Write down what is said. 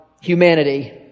humanity